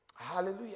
Hallelujah